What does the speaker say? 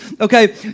okay